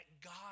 God